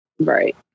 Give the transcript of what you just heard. right